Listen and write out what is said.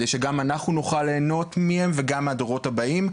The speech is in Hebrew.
כדי שגם אנחנו נוכל ליהנות מהם וגם הדורות הבאים.